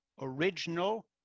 original